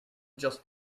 just